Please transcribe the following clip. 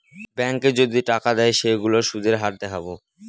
ব্যাঙ্কে যদি টাকা দেয় সেইগুলোর সুধের হার দেখাবো